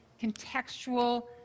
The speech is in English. contextual